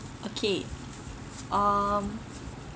okay um